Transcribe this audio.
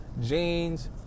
jeans